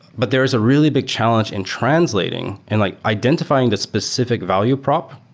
but there is a really big challenge in translating and like identifying the specific value prop,